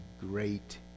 great